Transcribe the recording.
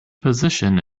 position